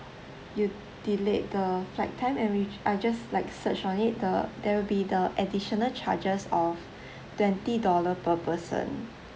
you delayed the flight time and which I just like search on it the there will be the additional charges of twenty dollar per person